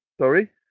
sorry